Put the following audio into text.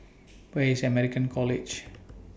Where IS American College